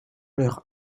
leur